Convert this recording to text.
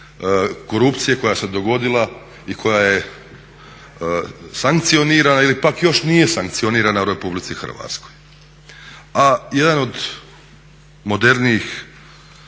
korupcije koja se dogodila i koja je sankcionirana ili pak još nije sankcionira u RH, a jedan od modernijih